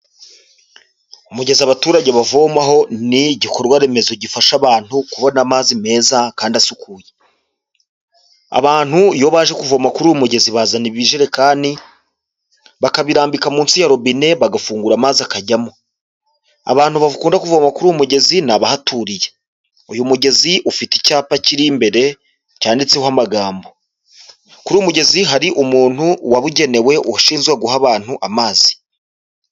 Umugezi abaturage bavomaho ni igikorwa remezo gifasha abantu kubona amazi meza kandi asukuye. Abantu iyo baje kuvoma kuri uyu mugezi bazana ibijerekani, bakabirambika munsi ya robine, bagafungura amazi akajyamo. Abantu bakunda kuvoma kuri uyu mugezi ni abahaturiye. Uyu mugezi ufite icyapa kiri imbere cyanditseho amagambo. Kuri uyu mugezi hari umuntu wabugenewe ushinzwe guha abantu amazi.